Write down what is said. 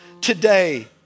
today